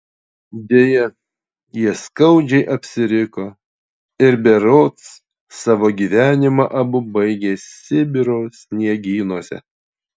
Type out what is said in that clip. deja jie skaudžiai apsiriko ir berods savo gyvenimą abu baigė sibiro sniegynuose